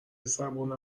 صبور